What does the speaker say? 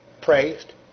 praised